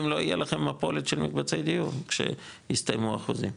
אם לא יהיה לכם מפולת של מקבצי דיור כשיסתיימו החוזים,